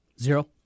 Zero